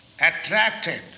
attracted